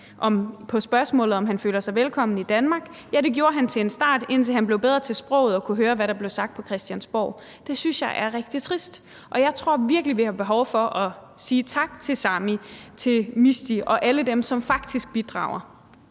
på spørgsmålet om, om han føler sig velkommen i Danmark, meget fint får sagt, at ja, det gjorde han til en start, indtil han blev bedre til sproget og kunne høre, hvad der blev sagt på Christiansborg. Det synes jeg er rigtig trist, og jeg tror virkelig, vi har behov for at sige tak til Sami, til Mishti og til alle dem, som faktisk bidrager.